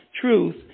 truth